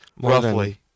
Roughly